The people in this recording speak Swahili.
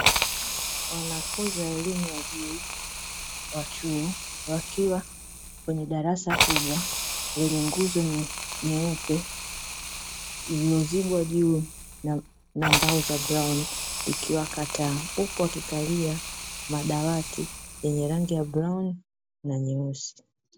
Wanafunzi wa elimu ya juu wa chuo, wakiwa kwenye darasa kubwa lenye nguzo nyeupe, lililozibwa juu na mbao za brauni, likiwaka taa, huku wakikalia madawati yenye rangi ya brauni na nyeusi.